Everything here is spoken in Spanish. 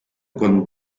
con